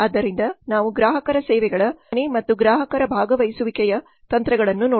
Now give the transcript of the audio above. ಆದ್ದರಿಂದ ನಾವು ಗ್ರಾಹಕರ ಸೇವೆಗಳ ಸಹ ಉತ್ಪಾದನೆ ಮತ್ತು ಗ್ರಾಹಕರ ಭಾಗವಹಿಸುವಿಕೆಯ ತಂತ್ರಗಳನ್ನು ನೋಡುತ್ತೇವೆ